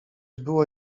było